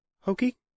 hokey